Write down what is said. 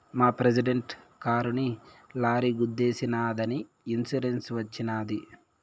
మా ప్రెసిడెంట్ కారుని లారీ గుద్దేశినాదని ఇన్సూరెన్స్ వచ్చినది